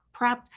prepped